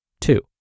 Two